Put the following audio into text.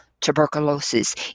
tuberculosis